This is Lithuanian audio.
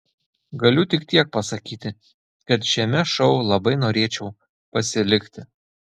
galiu tik tiek pasakyti kad šiame šou labai norėčiau pasilikti